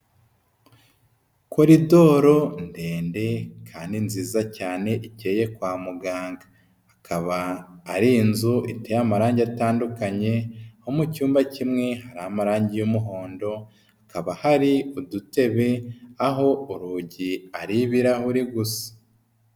Koridoro ndende kandi nziza cyane ikeye kwa muganga, akaba ari inzu iteye amarangi atandukanye, nko mu cyumba kimwe hari amarangi y'umuhondo, hakaba hari udutebe aho urugi ari ibirahure gusa.